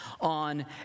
on